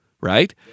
right